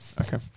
Okay